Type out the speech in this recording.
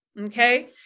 Okay